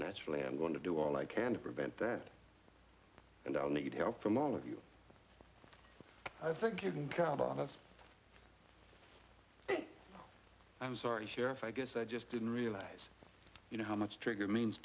naturally i'm going to do all i can to prevent that and i'll need help from all of you i think you can count on us i'm sorry sheriff i guess i just didn't realize you know how much trigger means